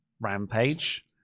Rampage